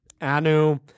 Anu